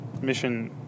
mission